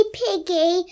piggy